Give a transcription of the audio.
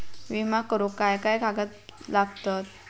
विमा करुक काय काय कागद लागतत?